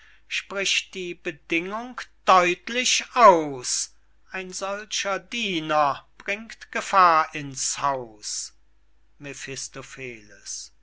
sprich die bedingung deutlich aus ein solcher diener bringt gefahr ins haus